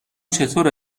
چطور